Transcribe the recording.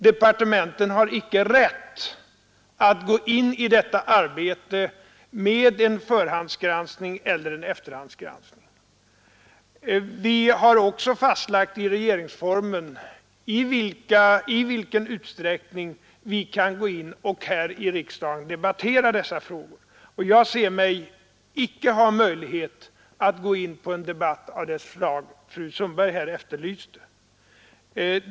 Departementen har icke rätt att gå in i detta arbete med en förhandseller efterhandsgranskning. Vidare har vi i regeringsformen fastlagt i vilken utsträckning vi här i riksdagen kan debattera dessa frågor, och jag ser mig inte ha några möjligheter att gå in på en debatt av det slag som fru Sundberg här efterlyste.